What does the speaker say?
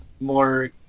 more